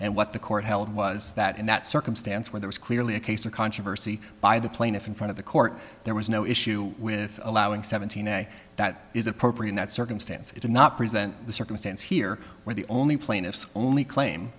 and what the court held was that in that circumstance where there was clearly a case or controversy by the plaintiff in front of the court there was no issue with allowing seventeen a that is appropriate that circumstance is not present the circumstance here where the only